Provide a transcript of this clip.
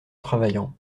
travaillant